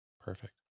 perfect